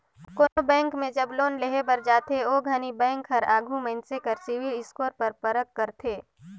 कोनो बेंक में जब लोन लेहे बर जाथे ओ घनी बेंक हर आघु मइनसे कर सिविल स्कोर कर परख करथे